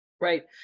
Right